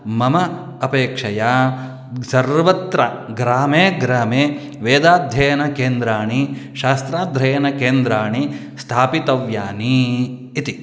मम अपेक्षया सर्वत्र ग्रामे ग्रामे वेदाध्ययनकेन्द्राणि शास्त्राध्ययनकेन्द्राणि स्थापितव्यानि इति